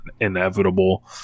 inevitable